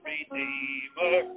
Redeemer